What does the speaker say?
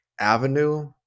avenue